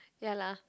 ya lah